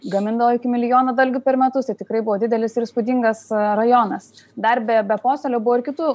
gamindavo iki milijono dalgių per metus tai tikrai buvo didelis ir įspūdingas rajonas dar be be posėlio buvo ir kitų